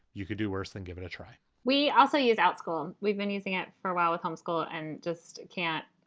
you could do worse than give it a try we also use our school. um we've been using it for a while with homeschool and just can't.